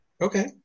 Okay